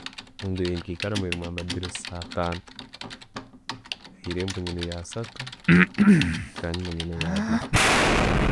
Enju gyenkwikaramu eyine amadiriisa ataano. Hairembo nyineho asaatu, kanjuma nyineho abbiri.